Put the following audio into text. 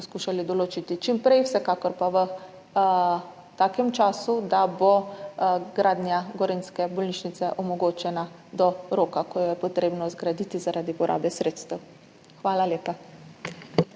poskušali določiti čim prej, vsekakor pa v takem času, da bo gradnja gorenjske bolnišnice omogočena do roka, ko jo je potrebno zgraditi zaradi porabe sredstev. Hvala lepa.